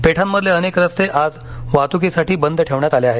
पेठांमधले अनेक रस्ते आज वाहतुकीसाठी बंद ठेवण्यात आले आहेत